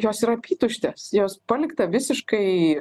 jos yra apytuštės jos palikta visiškai